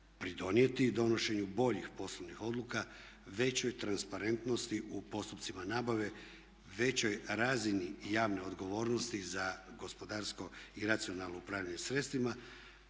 pridonijeti donošenju boljih poslovnih odluka, većoj transparentnosti u postupcima nabave, većoj razini javne odgovornosti za gospodarsko i racionalno upravljanje sredstvima,